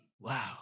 Wow